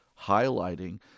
highlighting